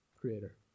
creator